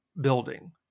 building